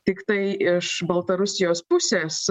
tiktai iš baltarusijos pusės